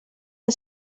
que